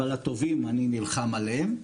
אבל הטובים אני נלחם עליהם.